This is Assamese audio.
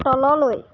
তললৈ